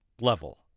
level